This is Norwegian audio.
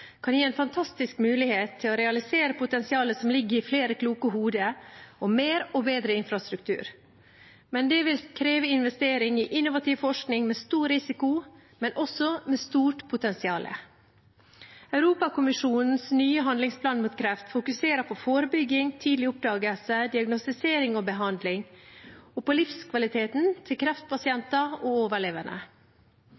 kan gi en fantastisk mulighet til å realisere potensialet som ligger i flere kloke hoder og mer og bedre infrastruktur. Det vil kreve investeringer i innovativ forskning med stor risiko, men også med stort potensial. Europakonvensjonens nye handlingsplan mot kreft fokuserer på forebygging, tidlig oppdagelse, diagnostisering og behandling, og på livskvaliteten til